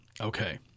Okay